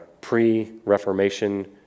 pre-Reformation